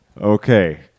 Okay